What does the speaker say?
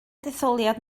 detholiad